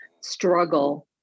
struggle